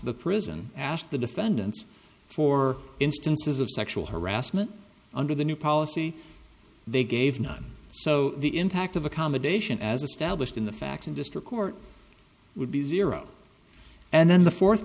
the prison asked the defendants for instances of sexual harassment under the new policy they gave none so the impact of accommodation as a stablished in the facts in district court would be zero and then the fourth